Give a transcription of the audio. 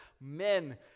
Men